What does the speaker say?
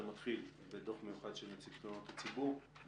זה מתחיל בדוח מיוחד של נציב תלונות הציבור,